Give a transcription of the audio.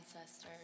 ancestors